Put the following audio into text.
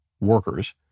workers